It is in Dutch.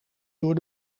door